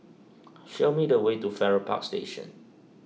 show me the way to Farrer Park Station